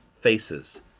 FACES